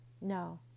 no